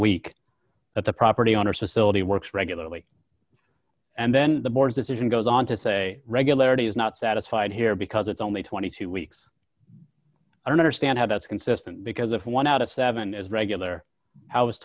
week at the property owners facility works regularly and then the board's decision goes on to say regularity is not satisfied here because it's only twenty two dollars weeks i don't understand how that's consistent because of one out of seven as regular hou